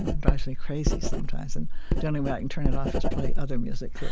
drives me crazy sometimes. and the only way i can turn it off is play other music ok